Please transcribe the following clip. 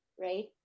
right